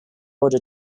order